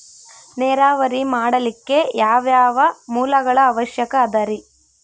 ನೇರಾವರಿ ಮಾಡಲಿಕ್ಕೆ ಯಾವ್ಯಾವ ಮೂಲಗಳ ಅವಶ್ಯಕ ಅದರಿ?